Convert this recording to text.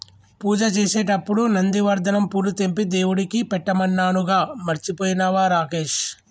పూజ చేసేటప్పుడు నందివర్ధనం పూలు తెంపి దేవుడికి పెట్టమన్నానుగా మర్చిపోయినవా రాకేష్